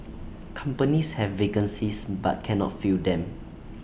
companies have vacancies but cannot fill them